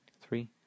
three